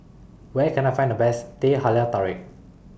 Where Can I Find The Best Teh Halia Tarik